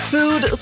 Food